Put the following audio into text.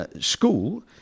school